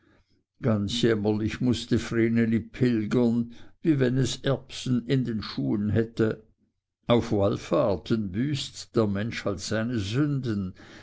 ganz jämmerlich mußte vreneli pilgern wie wenn es erbsen in den schuhen hätte auf wallfahrten büßt der mensch halt seine sünden